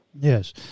Yes